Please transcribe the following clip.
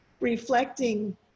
reflecting